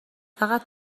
فقط